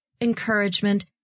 encouragement